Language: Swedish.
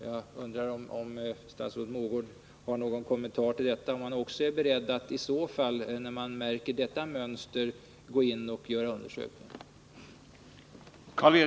Jag undrar om statsrådet Mogård har någon kommentar till detta, och om hon när hon märker det mönstret är beredd att göra undersökningar.